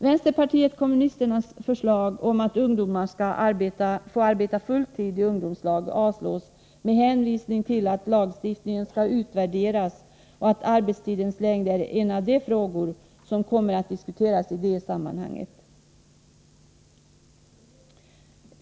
Vänsterpartiet kommunisternas förslag om att ungdomar skall få arbeta full tid i ungdomslag avstyrks med hänvisning till att lagstiftningen skall utvärderas och att arbetstidens längd är en av de frågor som kommer att diskuteras i det sammanhanget.